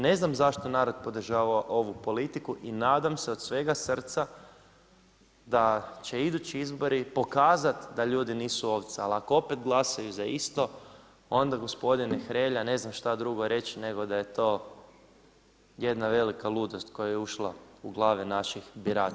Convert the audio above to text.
Ne znam, zašto narod podržava ovu politiku, i nadam se od svega srca da će idući izbori pokazati da ljudi nisu ovce, ali ako opet glasaju za isto, onda gospodine Hrelja, ne znam što drugo reći, nego da je to jedna velika ludost, koja je ušla u glave naših birača.